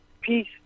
peace